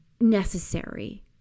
necessary